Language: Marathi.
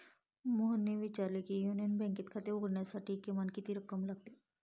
मोहनने विचारले की युनियन बँकेत खाते उघडण्यासाठी किमान किती रक्कम लागते?